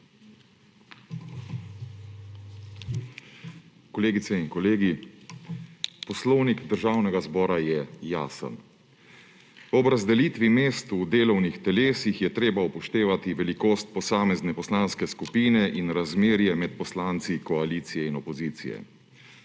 Kolegice in kolegi! Poslovnik Državnega zbora je jasen. Ob razdelitvi mest v delovnih telesih je treba upoštevati velikost posamezne poslanske skupine in razmerje med poslanci koalicije in opozicije.